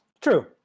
True